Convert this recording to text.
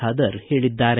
ಬಾದರ್ ಹೇಳಿದ್ದಾರೆ